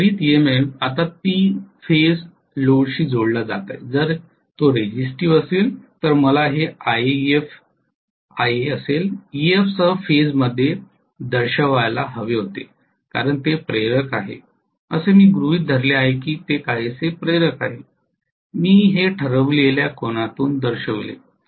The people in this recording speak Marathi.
आता हा इंड्यूज्ड ईएमएफ आता 3 फेज लोडशी जोडला जात आहे जर तो रेझिस्टिव असेल तर मला हे Ia Ef सह फेज मध्ये दर्शवायला हवे होते कारण ते प्रेरक आहे असे मी गृहित धरले आहे की ते काहीसे प्रेरक आहे मी हे ठरविलेल्या कोनातून दर्शविले